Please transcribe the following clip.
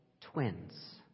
twins